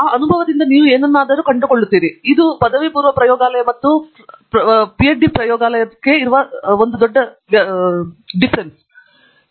ನಿಮಗೆ ತಿಳಿದಿರುವಂತೆ ನಾನು ಸೇರಿಸಲು ಬಯಸುತ್ತೇನೆ ಕೆಲವೊಮ್ಮೆ ನೀವು ತಪ್ಪಾಗಿ ಕೆಲಸ ಮಾಡುತ್ತಿದ್ದರೆ ನೀವು ನಿಜವಾಗಿಯೂ ದೊಡ್ಡ ಕೆಲಸ ಮಾಡುತ್ತಿದ್ದೀರಿ ಎಂದು ಮಾತ್ರವಲ್ಲ